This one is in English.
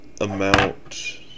amount